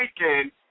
weekend